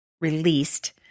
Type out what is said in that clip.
released